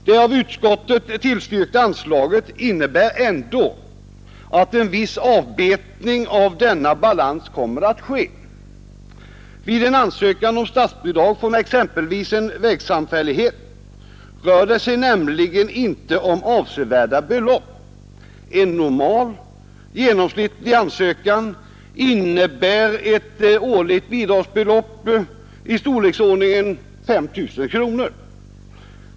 Det av utskottet tillstyrkta anslaget innebär ändå att en viss avbetning av denna balans kommer att ske. Vid en ansökan om statsbidrag från exempelvis en vägsamfällighet rör det sig nämligen inte om avsevärda belopp. En normal, genomsnittlig ansökan innebär ett årligt bidragsbelopp i storleksordningen 5 000 kronor.